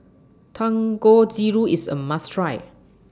Dangojiru IS A must Try